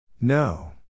No